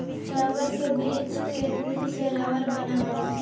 rubber के वृक्ष के दूध से रबर बनऽ हई